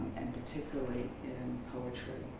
and particularly in poetry.